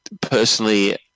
personally